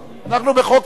אנחנו בחוק היערות,